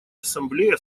ассамблея